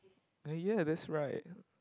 and ya that's right